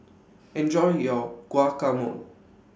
Enjoy your Guacamole